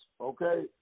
Okay